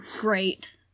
Great